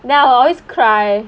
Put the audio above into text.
then I'll always cry